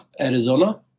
Arizona